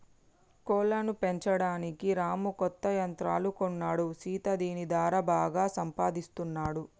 కోళ్లను పెంచడానికి రాము కొత్త యంత్రాలు కొన్నాడు సీత దీని దారా బాగా సంపాదిస్తున్నాడు